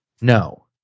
No